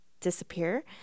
disappear